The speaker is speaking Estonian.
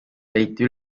leiti